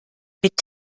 mit